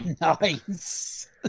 Nice